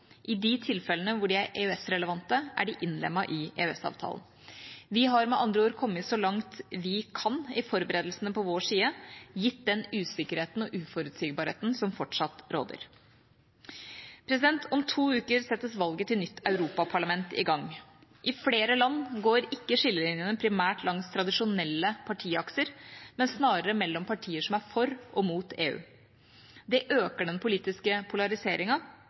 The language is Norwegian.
I de tilfellene hvor de er EØS-relevante, er de innlemmet i EØS-avtalen. Vi har med andre ord kommet så langt vi kan i forberedelsene på vår side, gitt den usikkerheten og uforutsigbarheten som fortsatt råder. Om to uker settes valget til nytt europaparlament i gang. I flere land går ikke skillelinjene primært langs tradisjonelle partiakser, men snarere mellom partier som er for og mot EU. Det øker den politiske